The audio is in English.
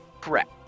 Correct